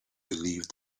believe